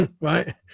right